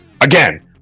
Again